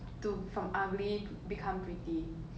to from ugly become pretty